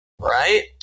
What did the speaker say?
Right